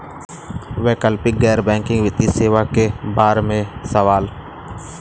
वैकल्पिक गैर बैकिंग वित्तीय सेवा के बार में सवाल?